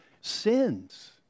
sins